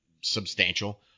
substantial